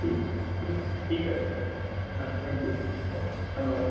ঠিক ঠিক আছে ঠিক আছে ও ও হ্যাঁ থ্যাংক ইউ ওকে ধন্যবাদ